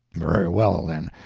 very well, then,